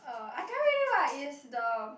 oh I tell you already what is the